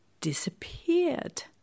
disappeared